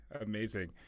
amazing